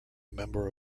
member